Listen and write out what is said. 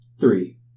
Three